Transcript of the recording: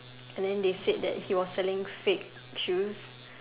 and then they said that he was selling fake shoes